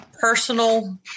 personal